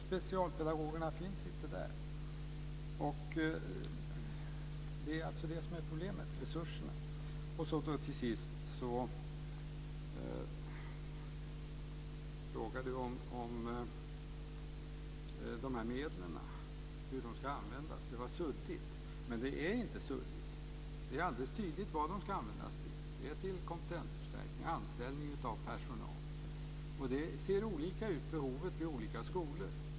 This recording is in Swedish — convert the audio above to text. Specialpedagogerna finns inte där. Det är alltså resurserna som är problemet. Till sist frågar Ulf Nilsson om hur medlen ska användas och säger att det är suddigt. Men det är inte suddigt. Det är alldeles tydligt vad de ska användas till. Det är till kompetensförstärkning, till anställning av personal. Behovet ser olika ut på olika skolor.